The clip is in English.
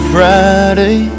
Friday